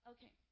Okay